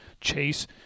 Chase